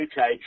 UK